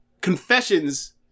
Confessions